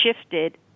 shifted